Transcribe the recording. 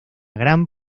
gran